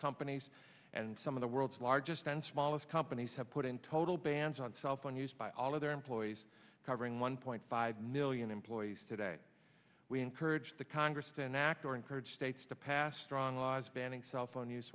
companies and some of the world's largest and smallest companies have put in total bans on cell phone use by all of their employees covering one point five million employees today we encourage the congress to enact or encourage states the passed strong laws banning cell phone use